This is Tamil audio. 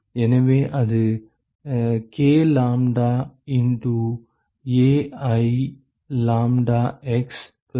எனவே அது k lambda into A I lambda x பெருக்கல் பை dx ஆக இருக்கும்